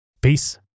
Peace